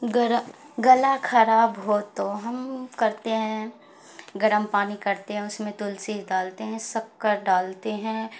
گلا خراب ہو تو ہم کرتے ہیں گرم پانی کرتے ہیں اس میں تلسی ڈالتے ہیں شکر ڈالتے ہیں